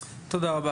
תודה.